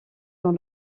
dans